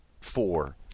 four